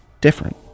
different